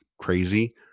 crazy